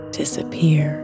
disappear